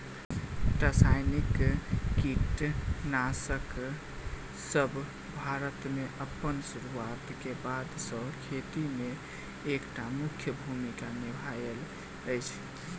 रासायनिक कीटनासकसब भारत मे अप्पन सुरुआत क बाद सँ खेती मे एक टा मुख्य भूमिका निभायल अछि